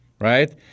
Right